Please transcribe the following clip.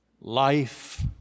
life